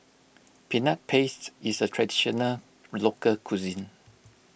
Peanut Paste is a Traditional Local Cuisine